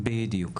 בדיוק.